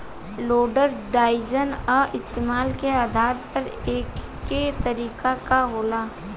loader design आ इस्तमाल के आधार पर कए तरीका के होला